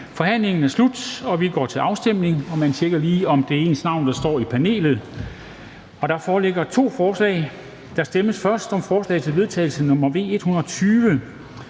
Forhandlingen er sluttet, og vi går til afstemning. Man skal lige tjekke, om det er ens navn, der står i panelet. Der foreligger to forslag. Der stemmes først om forslag til vedtagelse nr. V 120